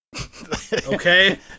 Okay